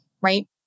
right